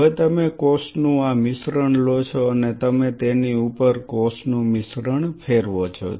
હવે તમે કોષનું આ મિશ્રણ લો છો અને તમે તેની ઉપર કોષનું મિશ્રણ ફેરવો છો